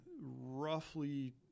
roughly